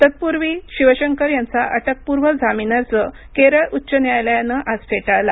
तत्पूर्वी शिवशंकर यांचा अटकपूर्व जामीन अर्ज केरळ उच्च न्यायालयानं आज फेटाळला